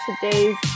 today's